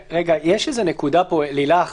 לילך,